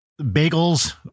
bagels